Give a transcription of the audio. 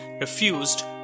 refused